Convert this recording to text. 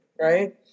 right